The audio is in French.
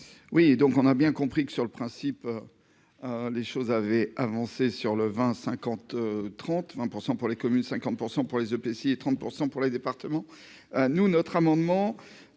Oui, donc on a bien compris que sur le principe. Les choses avaient avancé sur le 20 50 30 20 % pour les communes, 50% pour les EPCI et 30% pour les départements. Nous notre amendement